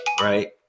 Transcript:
right